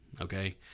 okay